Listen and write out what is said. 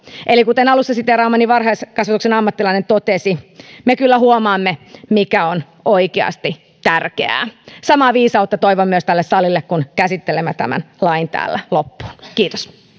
eli kuten alussa siteeraamani varhaiskasvatuksen ammattilainen totesi me kyllä huomaamme mikä on oikeasti tärkeää samaa viisautta toivon myös tälle salille kun käsittelemme tämän lain täällä loppuun kiitos